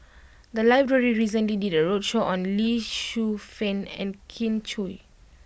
the library recently did a roadshow on Lee Shu Fen and Kin Chui